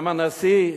גם הנשיא,